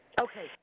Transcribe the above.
Okay